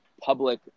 public